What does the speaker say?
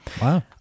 Wow